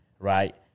Right